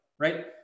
right